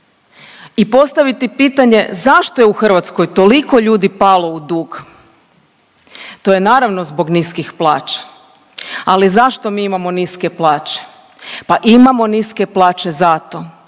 i postaviti pitanje zašto je u Hrvatskoj toliko ljudi palo u dug? To je naravno zbog niskih plaća. Ali zašto mi imamo niske plaće? Pa imamo niske plaće zato